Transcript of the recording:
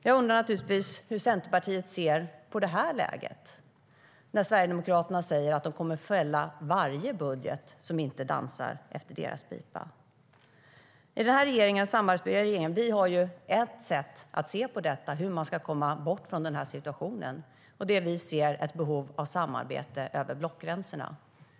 Jag undrar naturligtvis hur Centerpartiet ser på det här läget, när Sverigedemokraterna säger att de kommer att fälla varje budget som inte dansar efter deras pipa. Vi i samarbetsregeringen har ett sätt att se på hur man ska komma bort från den här situationen, och vi ser ett behov av samarbete över blockgränserna.